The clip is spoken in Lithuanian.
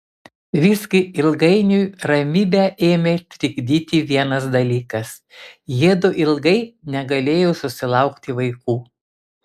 visgi ilgainiui ramybę ėmė trikdyti vienas dalykas jiedu ilgai negalėjo susilaukti vaikų